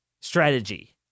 strategy